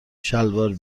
شلوار